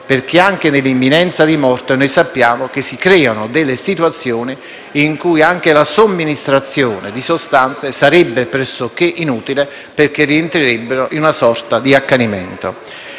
Perché anche nell'imminenza di morte noi sappiamo che si creano situazioni in cui anche la somministrazione di sostanze sarebbe pressoché inutile perché rientrerebbero in una sorta di accanimento.